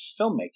filmmaking